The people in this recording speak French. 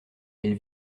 elle